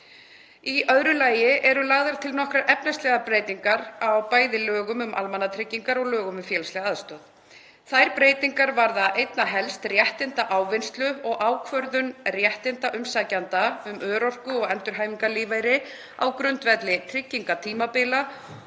Í öðru lagi eru lagðar til nokkrar efnislegar breytingar á bæði lögum um almannatryggingar og lögum um félagslega aðstoð. Þær breytingar varða einna helst réttindaávinnslu og ákvörðun réttinda umsækjenda um örorku- og endurhæfingarlífeyri á grundvelli tryggingatímabila